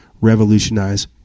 revolutionize